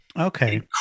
Okay